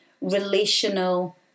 relational